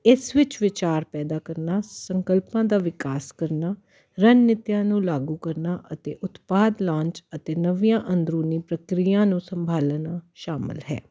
ਇਸ ਵਿੱਚ ਵਿਚਾਰ ਪੈਦਾ ਕਰਨਾ ਸੰਕਲਪਾਂ ਦਾ ਵਿਕਾਸ ਕਰਨਾ ਰਣਨੀਤੀਆਂ ਨੂੰ ਲਾਗੂ ਕਰਨਾ ਅਤੇ ਉਤਪਾਦ ਲਾਉਣ 'ਚ ਅਤੇ ਨਵੀਆਂ ਅੰਦਰੂਨੀ ਪ੍ਰਕਿਰਿਆਂ ਨੂੰ ਸੰਭਲਣਾ ਸ਼ਾਮਿਲ ਹੈ